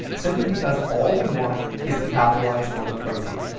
simply because all we want is to capitalize on the protein.